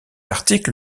article